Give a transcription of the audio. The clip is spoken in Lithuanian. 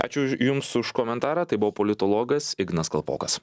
ačiū už jums už komentarą tai buvo politologas ignas kalpokas